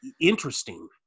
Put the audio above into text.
interesting